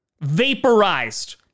vaporized